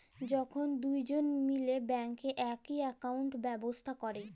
যখল দুজল মিলে ব্যাংকে একই একাউল্ট ব্যবস্থা ক্যরে